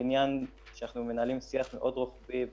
אנחנו מנהלים שיח מאוד רוחבי,